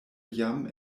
jam